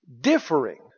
differing